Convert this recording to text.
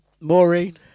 Maureen